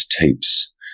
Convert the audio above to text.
tapes